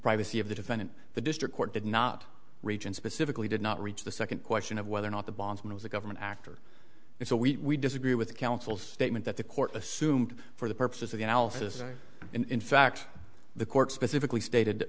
privacy of the defendant the district court did not reach and specifically did not reach the second question of whether or not the bondsman was a government actor and so we disagree with counsel statement that the court assumed for the purposes of the analysis and in fact the court specifically stated